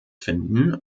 finden